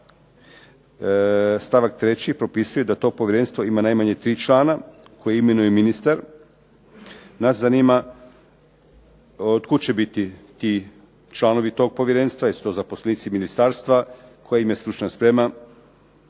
Stavak 3. propisuje da to povjerenstvo ima najmanje tri člana koje imenuje ministar, nas zanima od kud će biti ti članovi tog povjerenstva, jesu to zaposlenici ministarstva koja im je stručna sprema